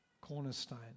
cornerstone